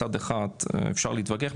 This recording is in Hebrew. מצד אחד אפשר להתווכח,